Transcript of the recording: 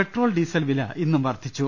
petrol diesel വില ഇന്നും വർധിച്ചു